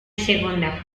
seconda